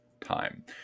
time